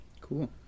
cool